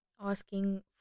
asking